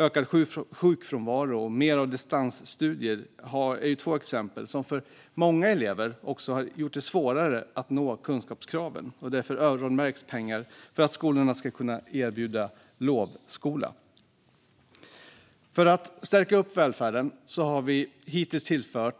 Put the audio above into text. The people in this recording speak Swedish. Ökad sjukfrånvaro och mer av distansstudier är två exempel som för många elever har gjort det svårare att nå kunskapskraven. Därför öronmärks pengar för att skolorna ska kunna erbjuda lovskola. För att stärka upp välfärden har vi hittills